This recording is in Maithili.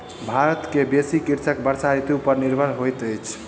भारत के बेसी कृषक वर्षा ऋतू पर निर्भर होइत अछि